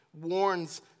Warns